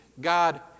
God